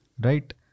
right